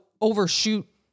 overshoot